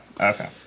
okay